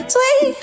Sweet